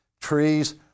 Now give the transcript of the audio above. Trees